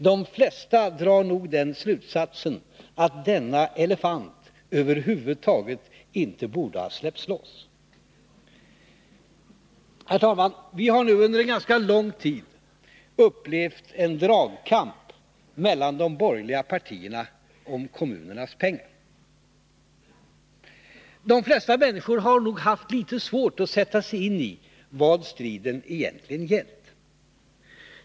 De flesta drar nog slutsatsen att denna elefant över huvud taget inte borde ha släppts loss. Herr talman! Vi har nu under ganska lång tid upplevt en dragkamp mellan de borgerliga partierna om kommunernas pengar. De flesta människor har nog haft litet svårt att sätta sig in i vad striden egentligen gällt.